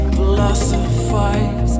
Philosophize